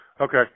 Okay